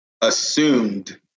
assumed